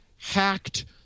hacked